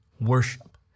worship